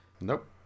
Nope